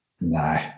No